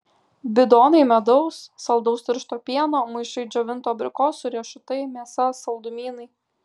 bidonai medaus saldaus tiršto pieno maišai džiovintų abrikosų riešutai mėsa saldumynai